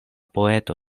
poeto